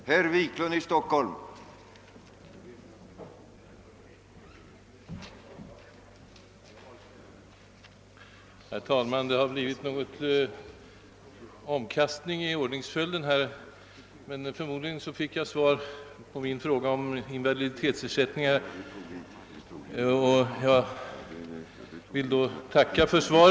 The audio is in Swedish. Herr talman! Det tycks ha blivit en omkastning i ordningsföljden av ärendena på föredragningslistan. Tydligen fick jag just nu svar på min fråga om invaliditetsersättningar, och jag vill tacka för detta svar.